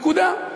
נקודה.